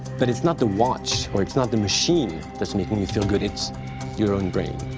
but it's not the watch, or it's not the machine that's making you feel good, it's your own brain.